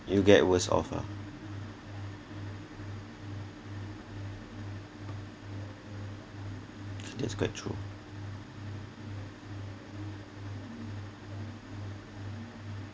you get worse off ah that's quite true